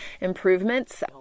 improvements